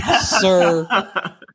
sir